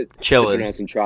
Chilling